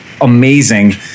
amazing